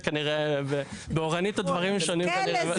באורנית הדברים שונים.